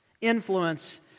influence